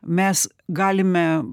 mes galime